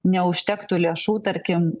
neužtektų lėšų tarkim